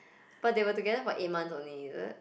but they were together for eight months only is it